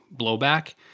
blowback